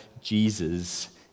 Jesus